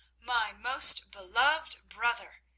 my most beloved brother.